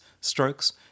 strokes